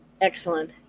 Excellent